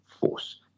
force